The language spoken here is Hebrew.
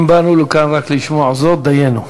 אם באנו לכאן רק לשמוע זאת, דיינו.